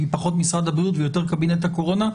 פחות משרד הבריאות ויותר קבינט הקורונה.